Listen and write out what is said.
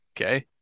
Okay